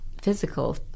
physical